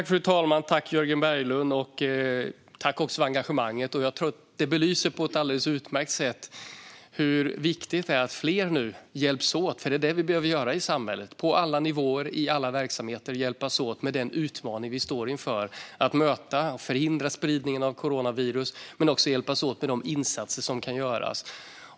Fru talman! Tack, Jörgen Berglund, både för frågan och för engagemanget! Detta belyser på ett alldeles utmärkt sätt hur viktigt det är att fler nu hjälps åt. Det är det vi behöver göra i samhället: på alla nivåer, i alla verksamheter, hjälpas åt med den utmaning vi står inför med att möta och förhindra spridningen av coronavirus och med de insatser som kan göras.